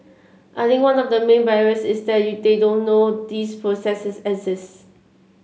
I think one of the main barriers is that you they don't know these processes exist